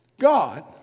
God